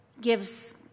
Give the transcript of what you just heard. gives